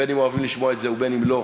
בין שאוהבים לשמוע את זה ובין שלא,